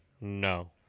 no